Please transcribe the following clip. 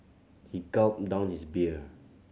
he gulped down his beer